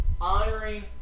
honoring